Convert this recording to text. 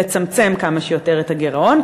לצמצם כמה שיותר את הגירעון,